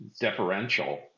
deferential